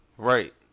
Right